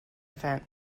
event